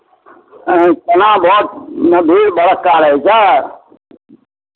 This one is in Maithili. एँ केना भोटमे भीड़ भड़क्का रहै छै